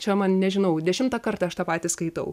čia man nežinau dešimtą kartą aš tą patį skaitau